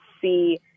see